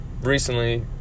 Recently